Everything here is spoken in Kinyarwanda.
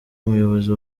muyobozi